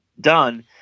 done